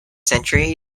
century